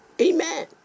amen